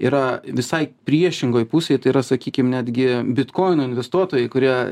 yra visai priešingoj pusėj tai yra sakykim netgi bitkoinų investuotojai kurie